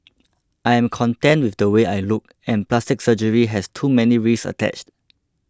I am content with the way I look and plastic surgery has too many risks attached